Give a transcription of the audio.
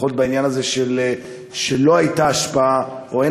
לפחות בעניין הזה שלא הייתה השפעה או שאין